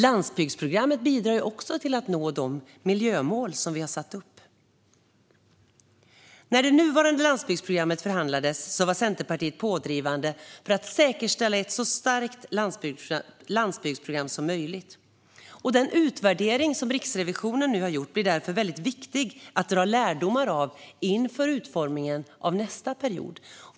Landsbygdsprogrammet bidrar också när det gäller att nå de miljömål som vi har satt upp. När det nuvarande landsbygdsprogrammet förhandlades var Centerpartiet pådrivande för att säkerställa ett så starkt landsbygdsprogram som möjligt. Den utvärdering som Riksrevisionen har gjort blir därför väldigt viktig att dra lärdomar av inför utformningen av nästa period.